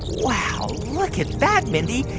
wow. look at that, mindy.